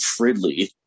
Fridley